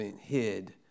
hid